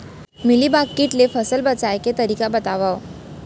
Mealybug kit ले फसल बचाए के तरीका बतावव?